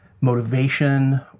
motivation